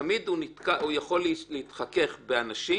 תמיד הוא יכול להתחכך באנשים,